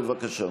בבקשה.